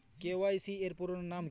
KYC এর পুরোনাম কী?